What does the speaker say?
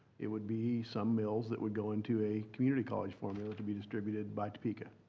it would be some mills that would go into a community college formula to be distributed by topeka.